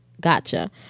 gotcha